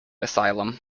asylum